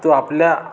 तो आपल्या